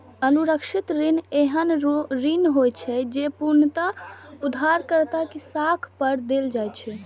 असुरक्षित ऋण एहन ऋण होइ छै, जे पूर्णतः उधारकर्ता के साख पर देल जाइ छै